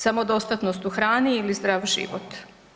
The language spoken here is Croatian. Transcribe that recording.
Samodostatnost u hrani ili zdrav život.